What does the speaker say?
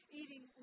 eating